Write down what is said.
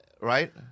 right